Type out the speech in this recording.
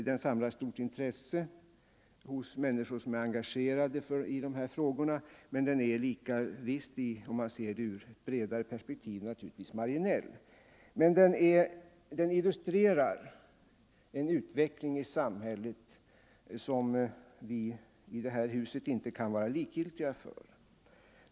Den samlar stort intresse hos människor som är engagerade i sådana här frågor, men den är lika visst, om man ser den ur bredare perspektiv, naturligtvis marginell. Den illustrerar emellertid en utveckling i samhället som vi i den här kammaren inte kan vara likgiltiga för.